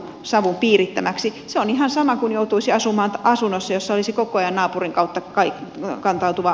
se on ihan sama kun joutuisi asumaan asunnossa missä olisi koko ajan naapurin kautta kantautuvaa melusaastetta